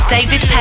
David